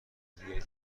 دیگری